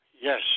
yes